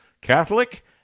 Catholic